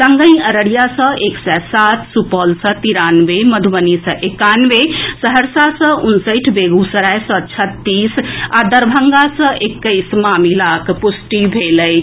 संगहि अररिया सँ एक सय सात सुपौल सँ तिरानवे मधुबनी सँ एकानवे सहरसा सँ उनसठि बेगूसराय सँ छत्तीस आ दरभंगा सँ एक्कैस मामिलाक पुष्टि भेल अछि